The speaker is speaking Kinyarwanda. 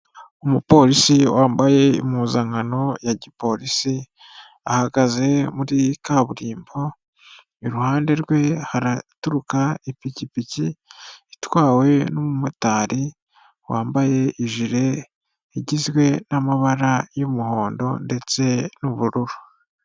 Umupolisi wambaye impuzankano ya gipolisi ahagaze muri kaburimbo, iruhande rwe haraturuka ipikipiki itwawe n'umumotari wambaye ijire igizwe n'amabara y'umuhondo ndetse n'ubururu.